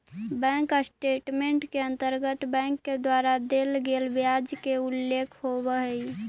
bank statement के अंतर्गत bank के द्वारा देल गेल ब्याज के उल्लेख होवऽ हइ